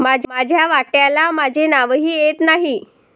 माझ्या वाट्याला माझे नावही येत नाही